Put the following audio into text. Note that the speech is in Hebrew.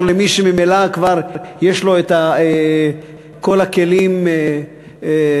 למי שממילא כבר יש לו את כל הכלים להרוויח.